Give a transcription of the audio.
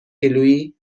کیلوییده